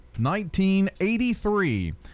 1983